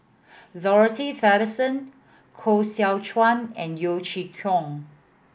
Dorothy Tessensohn Koh Seow Chuan and Yeo Chee Kiong